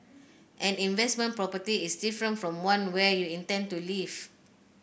an investment property is different from one where you intend to live